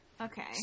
Okay